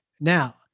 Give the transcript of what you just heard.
Now